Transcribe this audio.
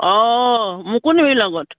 অঁ মোকো নিবি লগত